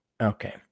Okay